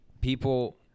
people